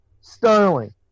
Sterling